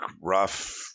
rough